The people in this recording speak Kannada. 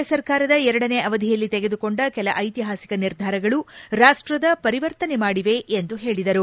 ಎ ಸರ್ಕಾರದ ಎರಡನೇ ಅವಧಿಯಲ್ಲಿ ತೆಗೆದುಕೊಂಡ ಕೆಲ ಐತಿಹಾಸಿಕ ನಿರ್ಧಾರಗಳು ರಾಷ್ಷದ ಪರಿವರ್ತನೆ ಮಾಡಿವೆ ಎಂದು ಹೇಳದರು